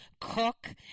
cook